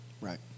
Right